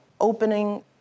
opening